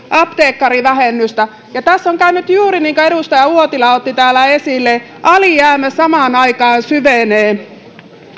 apteekkarivähennystä tässä on käynyt juuri niin kuin edustaja uotila otti täällä esille alijäämä samaan aikaan syvenee